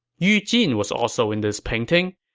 yu jin was also in this painting,